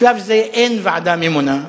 בשלב זה אין ועדה ממונה,